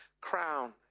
crown